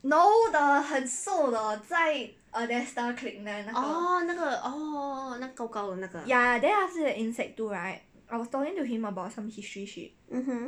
orh 那个 orh 那个高高的那个 mmhmm